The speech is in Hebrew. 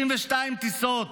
32 טיסות,